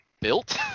built